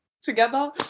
Together